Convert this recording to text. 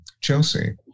Chelsea